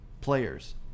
players